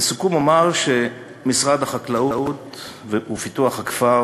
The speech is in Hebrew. לסיכום אומר שמשרד החקלאות ופיתוח הכפר